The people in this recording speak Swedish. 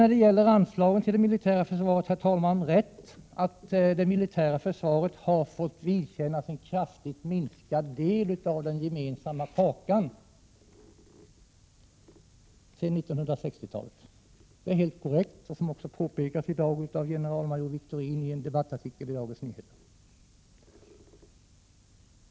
När det gäller anslag, herr talman, har det militära försvaret fått en kraftigt minskad andel av den gemensamma kakan sedan 1960-talet. Det är helt korrekt, vilket också har påpekats i dag av generalmajor Wiktorin i en debattartikeli Dagens Nyheter.